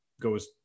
goes